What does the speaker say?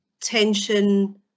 tension